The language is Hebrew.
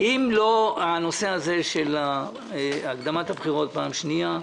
אם לא הנושא של הקדמת הבחירות פעם שנייה,